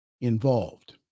involved